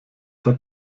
hat